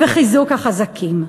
וחיזוק החזקים.